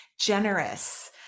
generous